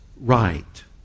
right